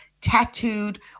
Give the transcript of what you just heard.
tattooed